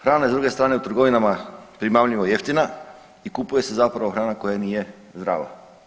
Hrana je s druge strane u trgovinama primamljivo jeftina i kupuje se zapravo hrana koja nije zdrava.